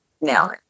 no